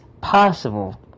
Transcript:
possible